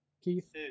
Keith